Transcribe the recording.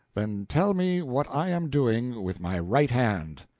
then tell me what i am doing with my right hand.